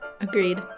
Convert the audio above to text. Agreed